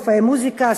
מופעי מוזיקה,